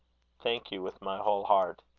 thank you, with my whole heart.